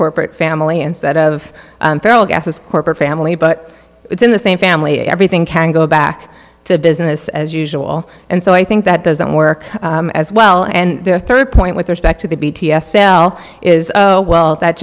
corporate family instead of feral gases corporate family but it's in the same family everything can go back to business as usual and so i think that doesn't work as well and the third point with respect to the b t s l is well that